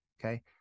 Okay